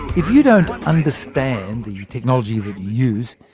if you don't understand the technology you use,